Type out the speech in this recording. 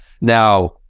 Now